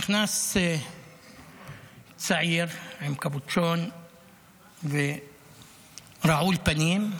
נכנס צעיר עם קפוצ'ון ורעול פנים,